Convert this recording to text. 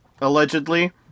allegedly